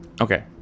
Okay